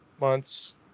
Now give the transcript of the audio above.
months